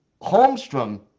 Holmstrom